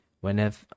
whenever